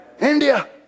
India